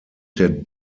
der